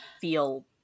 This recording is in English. feel